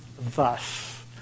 thus